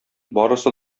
барысы